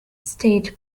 state